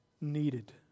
needed